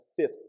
fifth